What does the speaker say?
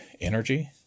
Energy